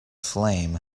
flame